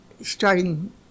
starting